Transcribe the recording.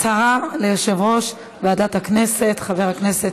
הצהרה ליושב-ראש ועדת הכנסת, חבר הכנסת מיקי זוהר.